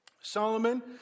Solomon